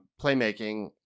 playmaking